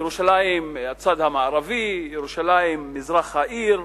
ירושלים, הצד המערבי, ירושלים, מזרח העיר,